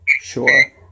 Sure